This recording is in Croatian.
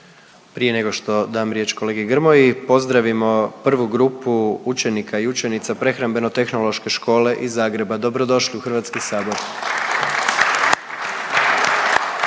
Prije nego što dam riječ kolegi Grmoji pozdravimo prvu grupu učenika i učenica Prehrambeno-tehnološke škole iz Zagreba. Dobro došli u Hrvatski sabor.